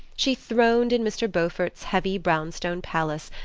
she throned in mr. beaufort's heavy brown-stone palace,